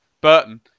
Burton